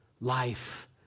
life